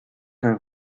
her